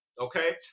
Okay